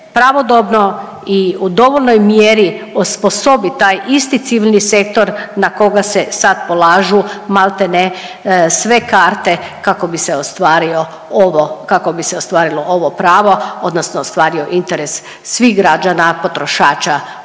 pravodobno i u dovoljnoj mjeri osposobi taj isti civilni sektor na koga se sad polažu maltene sve karte kako bi se ostvario ovo, kako bi se ostvarilo ovo pravo odnosno ostvario interes svih građana potrošača